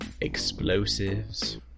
Explosives